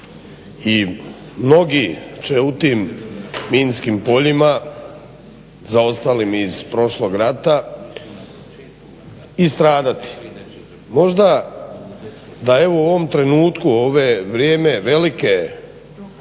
i mnogi će u tim minskim poljima zaostalim iz prošlog rata i stradati. Možda da evo u ovom trenutku u ovo vrijeme velike